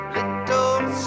Little